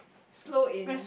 slow in